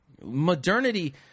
Modernity